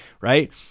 right